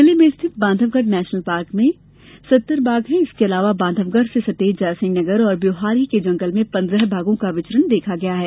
जिले में स्थित बांधवगढ़ नेशनल पार्क में सत्तर बाघ हैं इसके अलावा बांधवगढ़ से सटे जैसिंह नगर और ब्यौहारी के जंगल में पन्द्रह बाघों का विचरण देखा गया है